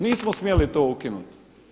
Nismo smjeli to ukinuti.